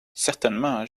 certainement